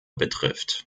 betrifft